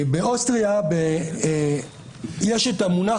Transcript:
למשל יש את המונח